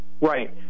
Right